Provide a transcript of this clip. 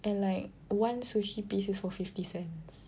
and like one sushi piece is for fifty cents